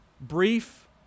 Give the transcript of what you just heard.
Brief